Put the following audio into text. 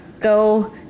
go